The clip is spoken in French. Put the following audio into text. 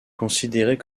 considérée